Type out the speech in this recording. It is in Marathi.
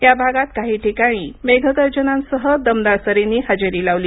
या भागात काही ठिकाणी मेघगर्जनांसह दमदार सरींनी हजेरी लावली